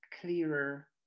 clearer